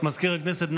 מזכיר הכנסת,